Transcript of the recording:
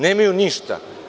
Nemaju ništa.